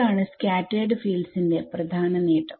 ഇതാണ് scattered field ന്റെ പ്രധാന നേട്ടം